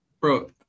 Bro